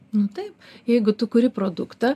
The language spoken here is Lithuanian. nu taip jeigu tu kuri produktą